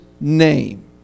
name